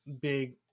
big